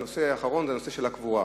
הנושא האחרון הוא נושא הקבורה.